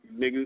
nigga